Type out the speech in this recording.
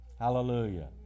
Hallelujah